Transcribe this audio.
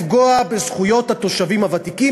לפגוע בזכויות התושבים הוותיקים,